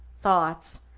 thoughts,